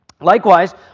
Likewise